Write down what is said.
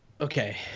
Okay